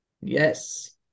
Yes